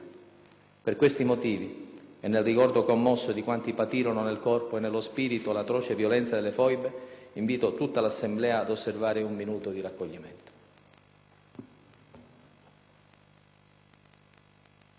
Per questi motivi e nel ricordo commosso di quanti patirono nel corpo e nello spirito l'atroce violenza delle foibe, invito tutta l'Assemblea ad osservare un minuto di raccoglimento.